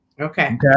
Okay